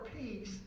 peace